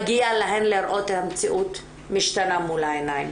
מגיע להם לראות את המציאות משתנה מול העיניים.